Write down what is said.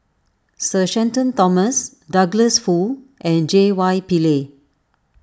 Sir Shenton Thomas Douglas Foo and J Y Pillay